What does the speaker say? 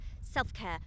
self-care